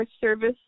Service